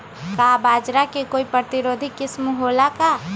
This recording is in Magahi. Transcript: का बाजरा के कोई प्रतिरोधी किस्म हो ला का?